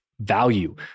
value